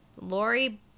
Lori